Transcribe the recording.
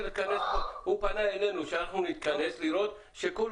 הוא פנה אלינו שאנחנו נתכנס לראות שכל